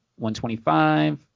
$125